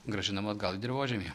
grąžinam atgal į dirvožemį